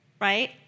right